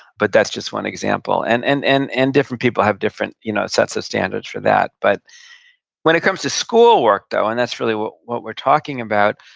but that's just one example, and and and and different people have different you know sets of standards for that but when it comes to schoolwork, though, and that's really what what we're talking about,